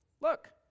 look